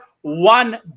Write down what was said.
one